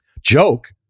Joke